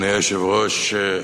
אדוני היושב-ראש,